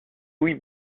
louis